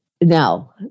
Now